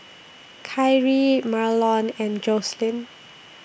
Kyrie Marlon and Jocelyn